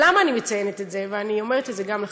ולמה אני מציינת את זה, ואני אומרת את זה גם לכם?